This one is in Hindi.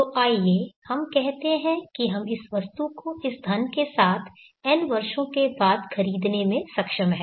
तो आइए हम कहते हैं कि हम इस वस्तु को इस धन के साथ n वर्षों के बाद खरीदने में सक्षम हैं